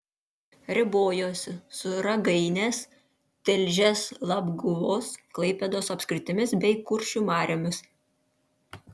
ribojosi su ragainės tilžės labguvos klaipėdos apskritimis bei kuršių mariomis